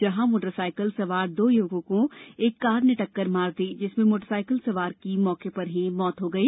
जहां motor cycle सवार दो युवकों को एक कार ने टक्कर मार दी जिसमें मोटर साइकल सवार की मौत हो गई